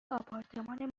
آپارتمان